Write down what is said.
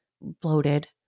bloated